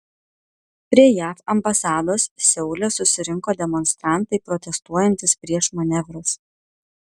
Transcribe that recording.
prie jav ambasados seule susirinko demonstrantai protestuojantys prieš manevrus